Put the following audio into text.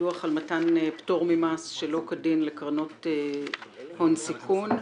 דו"ח על מתן פטור ממס שלא כדין לקרנות הון סיכון,